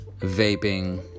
Vaping